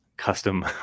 custom